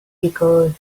because